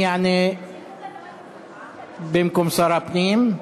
מי יענה במקום שר הפנים?